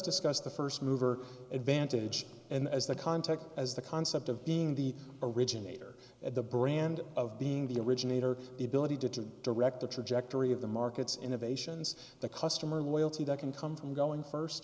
discuss the first mover advantage and as the context as the concept of being the originator of the brand of being the originator the ability to direct the trajectory of the markets innovations the customer loyalty that can come from going first